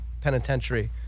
penitentiary